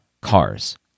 CARS